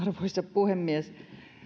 puhemies